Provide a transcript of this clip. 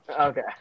Okay